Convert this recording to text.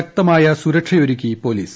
ശക്തമായ സുരക്ഷ ഒരുക്കി പൊലീസ്